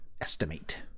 estimate